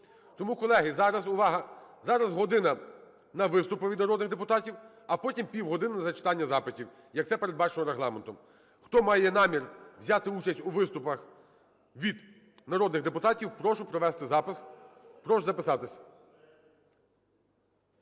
– увага! – зараз година на виступи від народних депутатів, а потім півгодини на зачитування запитів, як це передбачено Регламентом. Хто має намір взяти участь у виступах від народних депутатів, прошу провести запис. Прошу записатися.